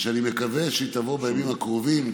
ושאני מקווה שהיא תבוא בימים הקרובים,